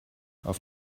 auf